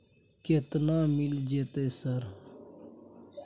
केतना मिल जेतै सर?